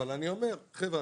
חבר'ה,